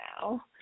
now